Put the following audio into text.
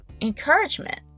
encouragement